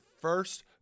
first